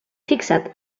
fixat